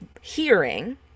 hearing